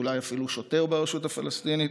אולי אפילו שוטר ברשות הפלסטינית,